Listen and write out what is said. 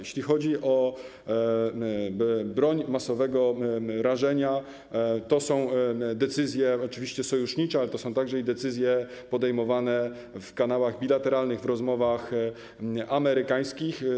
Jeśli chodzi o broń masowego rażenia, to są to oczywiście decyzje sojusznicze, ale są to także decyzje podejmowane w kanałach bilateralnych, w rozmowach amerykańskich.